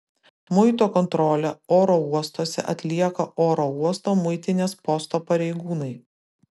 muito kontrolę oro uostuose atlieka oro uosto muitinės posto pareigūnai